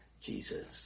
Jesus